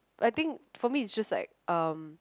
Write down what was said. I think for me it's just like um